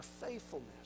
faithfulness